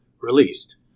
released